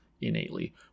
innately